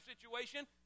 situation